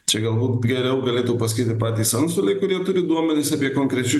čia galbūt geriau galėtų pasakyti patys antstoliai kurie turi duomenis apie konkrečus